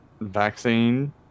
vaccine